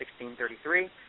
16-33